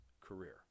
career